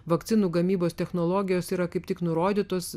vakcinų gamybos technologijos yra kaip tik nurodytos